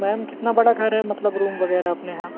ma'am कितना बड़ा घर है मतलब रूम वगैरह अपने यहाँ